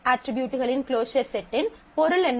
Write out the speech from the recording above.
R அட்ரிபியூட்களின் closure செட்டின் பொருள் என்ன